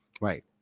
right